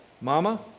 Mama